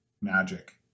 magic